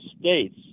states